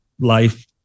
life